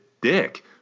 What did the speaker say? dick